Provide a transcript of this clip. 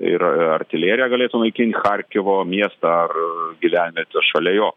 ir artilerija galėtų naikint charkovo miestą ar gyvenvietę šalia jo